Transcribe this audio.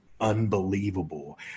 unbelievable